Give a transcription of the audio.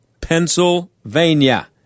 Pennsylvania